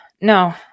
No